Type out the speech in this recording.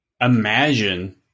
Imagine